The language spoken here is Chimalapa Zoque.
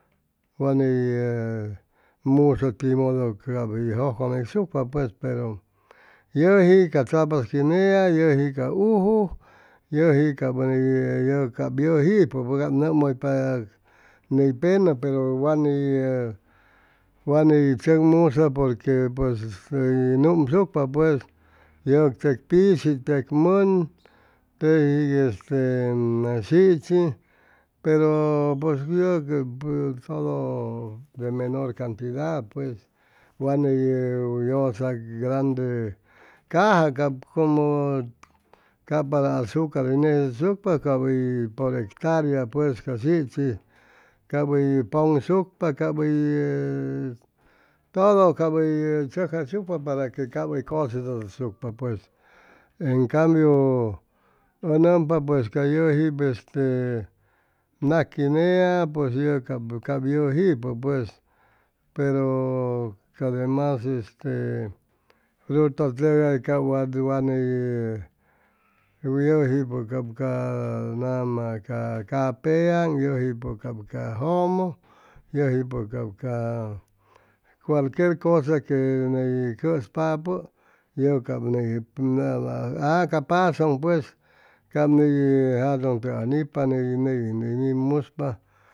Wa ney ʉ musʉ timodo cap hʉy jʉjcʉmesuca pues pero yʉji ca tzapatz quinea yʉji ca uju yʉji cap yʉjipʉ cap nʉmʉypa ney penʉ pero way ni ʉ wa ni tzʉcmusʉ porque pues este hʉy numsucpa pues yʉ teg pishi tec mʉn teji este sichi pero pues yʉc todo de menor cantidad pues wa ney yʉsag grande caaja cap como cap para azucar hʉy negʉysucpa cap por hectarea pues ca sichi cap ʉy pʉ+sucpa cap hʉy todo cap hʉy tzʉcjayshucpa para que cap hʉy cosechachʉcsucpa pues en canbiu ʉ nompa pues ca yujip este naj quinea pues yʉg cap yʉjipʉ pues pero ca demas este frutatʉgay cap wat wa ney hʉy nʉmjayshucpa cap ca capea yʉji cap ca nama jʉmʉ yʉjipʉ cap ca jʉmʉ cualquier cosa que ney cʉsppʉ yʉ cap ney nama a ca pazʉŋ pues cap ney jatʉŋ tʉgay nipa ne neywin ney nimuspa